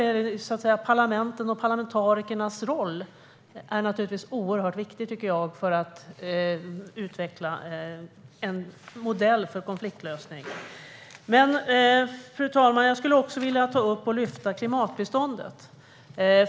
Därför är naturligtvis parlamenten och parlamentarikernas roll oerhört viktig för att utveckla en modell för konfliktlösning. Fru talman! Jag skulle också vilja ta upp klimatbiståndet.